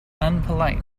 unpolite